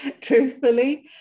Truthfully